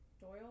Doyle